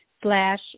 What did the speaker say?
slash